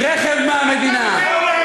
אחרי שלחצו ידיים לאנשי טרור.